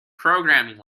programming